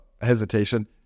hesitation